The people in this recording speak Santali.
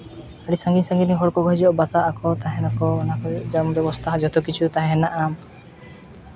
ᱟᱹᱰᱤ ᱥᱟᱺᱜᱤᱧ ᱥᱟᱺᱜᱤᱧ ᱨᱮᱱ ᱦᱚᱲ ᱠᱚ ᱠᱚ ᱦᱤᱡᱩᱜᱼᱟ ᱵᱟᱥᱟᱜ ᱟᱠᱚ ᱛᱟᱦᱮᱱᱟ ᱠᱚ ᱚᱱᱟ ᱠᱚᱨᱮᱫ ᱡᱚᱢ ᱵᱮᱵᱥᱛᱷᱟ ᱡᱚᱛᱚ ᱠᱤᱪᱷᱩ ᱛᱟᱦᱮᱸ ᱢᱮᱱᱟᱜᱼᱟ